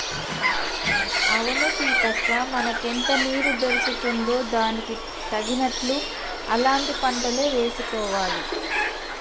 అవును సీతక్క మనకెంత నీరు దొరుకుతుందో దానికి తగినట్లు అలాంటి పంటలే వేసుకోవాలి